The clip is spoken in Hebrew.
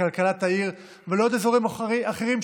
לכלכלת העיר ולעוד אזורים אחרים,